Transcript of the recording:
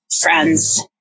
friends